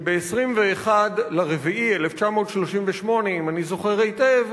שב-21 באפריל 1938, אם אני זוכר היטב,